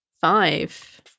Five